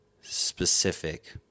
specific